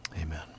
Amen